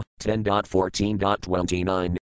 10.14.29